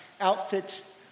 outfits